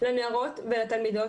לנערות ולתלמידות,